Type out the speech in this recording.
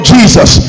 Jesus